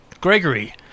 Gregory